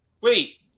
Wait